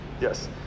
Yes